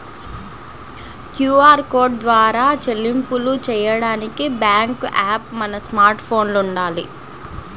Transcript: QR code ద్వారా చెల్లింపులు చెయ్యడానికి బ్యేంకు యాప్ మన స్మార్ట్ ఫోన్లో వుండాలి